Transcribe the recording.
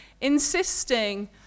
insisting